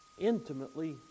intimately